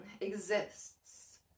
exists